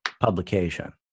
publication